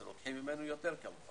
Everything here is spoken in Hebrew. לוקחים ממנו יותר.